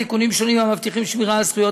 תיקונים שונים המבטיחים שמירה על זכויות